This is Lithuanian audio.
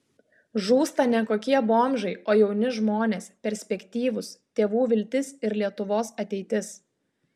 žūsta ne kokie bomžai o jauni žmonės perspektyvūs tėvų viltis ir lietuvos ateitis